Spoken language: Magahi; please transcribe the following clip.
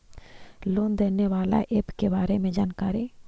लोन देने बाला ऐप के बारे मे जानकारी?